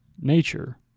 nature